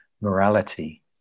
morality